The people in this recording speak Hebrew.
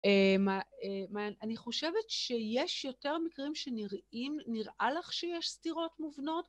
אני חושבת שיש יותר מקרים שנראה לך שיש סתירות מובנות